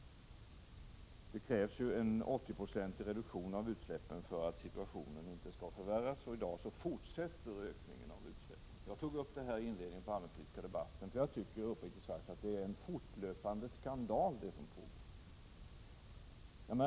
Det krävs en 80-procentig reduktion av utsläppen för att situationen inte skall förvärras, och i dag fortsätter ökningen av utsläppen. Jag tog upp det i inledningen till allmänpolitiska debatten — jag tycker uppriktigt sagt att det som pågår är en fortlöpande skandal.